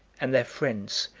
and their friends,